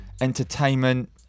entertainment